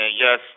yes